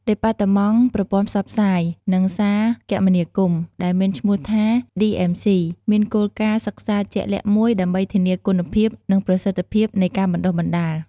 ដេប៉ាតឺម៉ង់ប្រព័ន្ធផ្សព្វផ្សាយ និងសារគមនាគមន៍ ដែលមានឈ្មោះថា ឌីអឹមស៊ី (DMC) មានគោលការណ៍សិក្សាជាក់លាក់មួយដើម្បីធានាគុណភាព និងប្រសិទ្ធភាពនៃការបណ្ដុះបណ្ដាល។